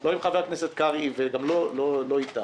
לא עם חבר הכנסת קרעי וגם לא איתם.